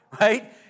right